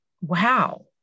Wow